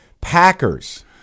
Packers